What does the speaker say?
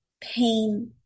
pain